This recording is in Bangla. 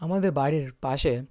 আমাদে বাড়ির পাশে